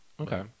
Okay